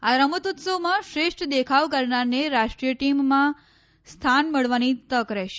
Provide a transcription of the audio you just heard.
આ રમતોત્સવમાં શ્રેષ્ઠ દેખાવ કરનારને રાષ્ટ્રીય ટીમમાં સ્થાન મળવાની તક રહેશે